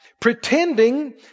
pretending